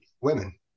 women